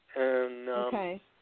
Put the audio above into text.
Okay